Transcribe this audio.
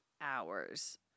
hours